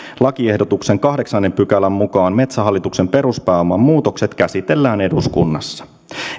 lakiehdotuksen kahdeksannen pykälän mukaan metsähallituksen peruspääoman muutokset käsitellään eduskunnassa